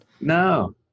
No